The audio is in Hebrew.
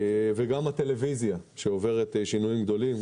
גם הטלוויזיה שעוברת שינויים גדולים,